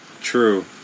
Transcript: True